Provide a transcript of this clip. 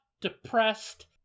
depressed